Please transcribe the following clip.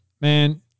Man